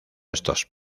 estos